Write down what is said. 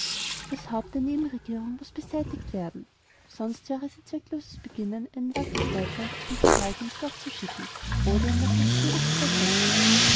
das haupt der nebenregierung muß beseitigt werden sonst wäre es ein zweckloses beginnen einen wackes-leutnant auf ein paar tage ins loch zu schicken oder ihn nach jakschewo zu versetzen